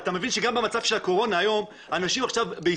אתה מבין שגם במצב של הקורונה היום האנשים בהישרדות.